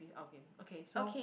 okay okay so